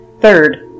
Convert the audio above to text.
Third